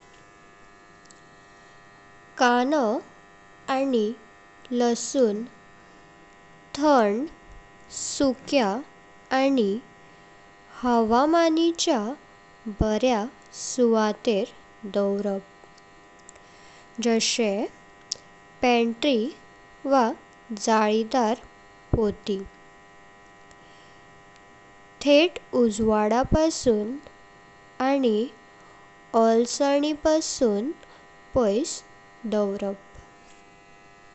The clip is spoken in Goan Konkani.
काणो आणि लसूण थंड, सुक्या आणि हवामानीचा बरया सुवातेर दावरप जाशे पॅन्ट्री वा जाळीदार पोती। थेट उज्वादापासून आणि ओल्साणिपासून पायस दावरप।